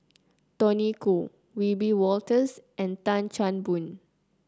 Tony Khoo Wiebe Wolters and Tan Chan Boon